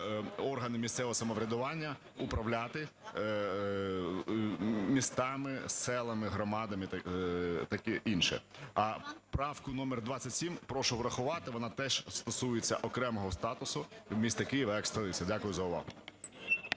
органи місцевого самоврядування управляти містами, селами, громадами і таке інше. А правку номер 27 прошу врахувати, вона теж стосується окремого статусу міста Києва як столиці. Дякую за увагу.